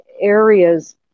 areas